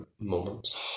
moments